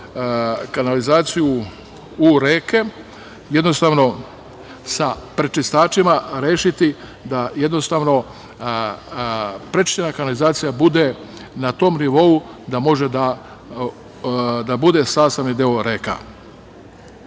kanalizaciju u reke, jednostavno sa prečistačima rešiti da prečišćena kanalizacija bude na tom nivou da može da bude sastavni deo reka.